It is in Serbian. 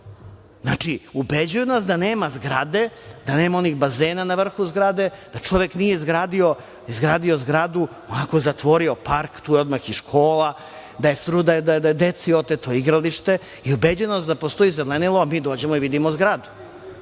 Znači, ubeđuje nas da nema zgrade, da nema onih bazena na vrhu zgrade, da čovek nije izgradio zgradu, zatvorio park, tu je odmah i škola, da je deci oteto igralište i ubeđuje nas da postoji zelenilo i mi dođemo i vidimo zgradu.